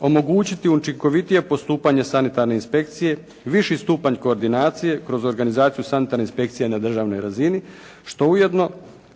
omogućiti učinkovitije postupanje sanitarne inspekcije, viši stupanj koordinacije kroz organizaciju sanitarne inspekcije na državnoj razini